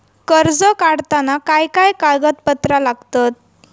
कर्ज काढताना काय काय कागदपत्रा लागतत?